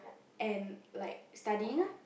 and like studying ah